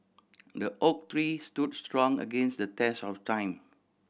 the oak tree stood strong against the test of time